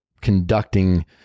conducting